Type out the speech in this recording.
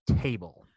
table